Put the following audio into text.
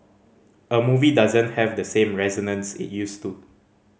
a movie doesn't have the same resonance it used to